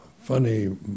funny